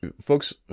folks